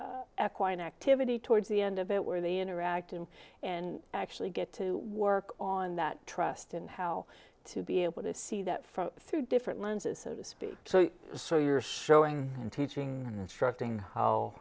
a quiet activity towards the end of it where they interact and and actually get to work on that trust and how to be able to see that from through different lenses so to speak so you're showing and teaching instructing how